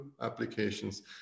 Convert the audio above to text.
applications